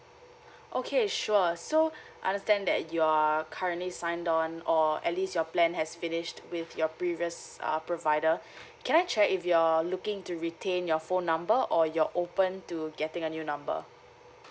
okay sure so understand that you are currently signed on or at least your plan has finished with your previous uh provider can I check if you're looking to retain your phone number or you're open to getting a new number